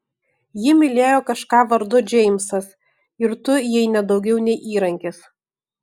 ji mylėjo kažką vardu džeimsas ir tu jai ne daugiau nei įrankis